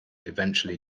eventually